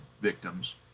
victims